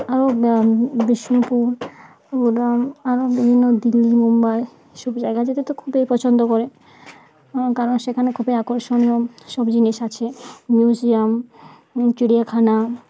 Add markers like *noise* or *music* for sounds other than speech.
আরও বিষ্ণুপুর *unintelligible* আরও বিভিন্ন দিল্লি মুম্বাই এসব জায়গায় যেতে তো খুবই পছন্দ করে কারণ সেখানে খুবই আকর্ষণীয় সব জিনিস আছে মিউজিয়াম চিড়িয়াখানা